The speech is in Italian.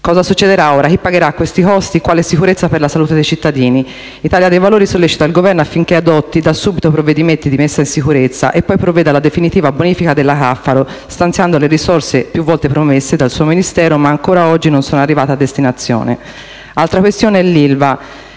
Cosa succederà ora? Chi pagherà questi costi? Quale sicurezza per la salute dei cittadini? Italia dei Valori sollecita il Governo affinché adotti da subito provvedimenti di messa in sicurezza e poi provveda alla definitiva bonifica della Caffaro, stanziando le risorse più volte promesse dal suo Ministero ma ancora oggi non arrivate a destinazione. Altra questione riguarda l'ILVA.